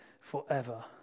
forever